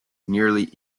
nearly